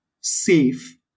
safe